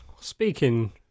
Speaking